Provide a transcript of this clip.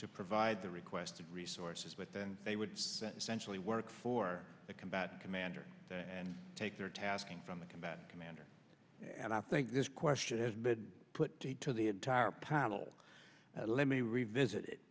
to provide the requested resources but then they would centrally work for a combat commander and take their tasking from the combatant commander and i think this question has been put to the entire panel that let me revisit